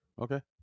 Okay